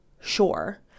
sure